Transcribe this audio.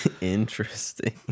interesting